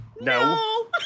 no